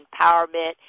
empowerment